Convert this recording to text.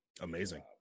Amazing